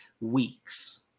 weeks